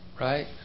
right